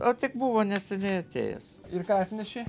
o tikbuvo neseniai atėjęs ir ką atnešė